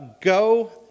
go